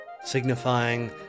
signifying